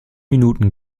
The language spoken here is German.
minuten